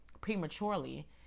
prematurely